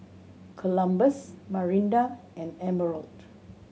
Columbus Marinda and Emerald